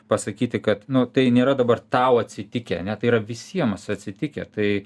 pasakyti kad nu tai nėra dabar tau atsitikę ane tai yra visiems atsitikę tai